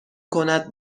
کند